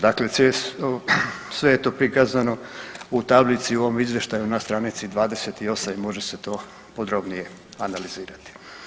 Dakle, sve je to prikazano u tablici u ovom izvještaju na stranici 28 i može se to podrobnije analizirati.